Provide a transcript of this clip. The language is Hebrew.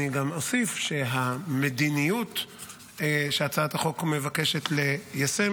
אוסיף גם שהמדיניות שהצעת החוק מבקשת ליישם